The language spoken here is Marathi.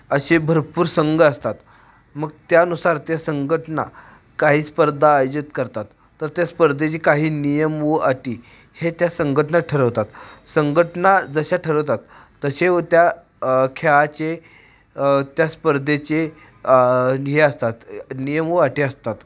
असे भरपूर संघ असतात मग त्यानुसार त्या संघटना काही स्पर्धा आयोजित करतात तर त्या स्पर्धेचे काही नियम व अटी हे त्या संघटना ठरवतात संघटना जशा ठरवतात तसे व त्या खेळाचे त्या स्पर्धेचे नी हे असतात नियम व अटी असतात